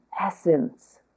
essence